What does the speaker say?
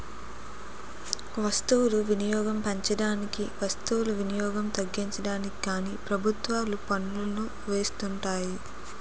వస్తువులు వినియోగం పెంచడానికి వస్తు వినియోగం తగ్గించడానికి కానీ ప్రభుత్వాలు పన్నులను వేస్తుంటాయి